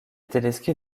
téléskis